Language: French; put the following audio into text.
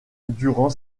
durant